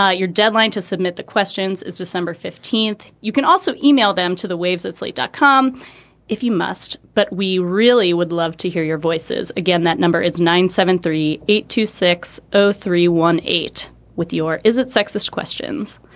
ah your deadline to submit the questions is december fifteenth. you can also email them to the waves at slate dot com if you must, but we really would love to hear your voices again. that number is nine seven three eight two six zero three one eight with your. is it sexist questions?